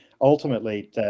ultimately